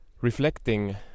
reflecting